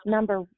Number